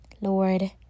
Lord